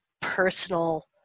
personal